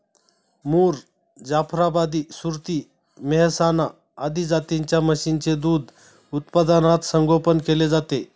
मुर, जाफराबादी, सुरती, मेहसाणा आदी जातींच्या म्हशींचे दूध उत्पादनात संगोपन केले जाते